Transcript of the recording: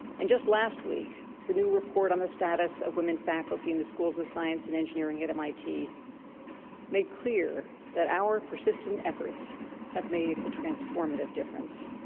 and just last week, the new report on the status of women faculty in the schools of science and engineering at mit made clear that our persistent efforts have made a transformative difference.